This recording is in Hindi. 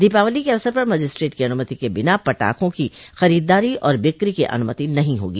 दीपावली के अवसर पर मजिस्ट्रेट की अनुमति के बिना पटाखों की खरीददारी और बिक्री की अनुमति नहीं होगी